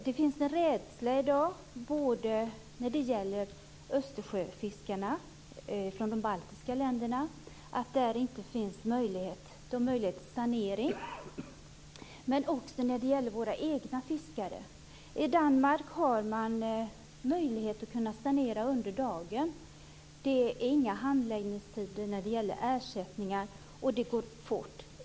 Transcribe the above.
Det finns en rädsla i dag hos Östersjöfiskarna från de baltiska länderna för att det inte skall finnas möjligheter till sanering. Det gäller också våra egna fiskare. I Danmark har man möjlighet att sanera under dagen. Det är inga handläggningstider när det gäller ersättningar, och det går fort.